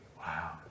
Wow